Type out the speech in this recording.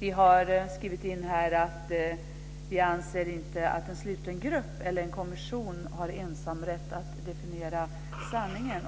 Vi har skrivit att vi inte anser att en sluten grupp eller kommission har ensamrätt att definiera sanningen,